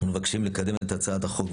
אנחנו מבקשים לקדם את הצעת החוק,